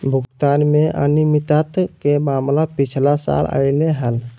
भुगतान में अनियमितता के मामला पिछला साल अयले हल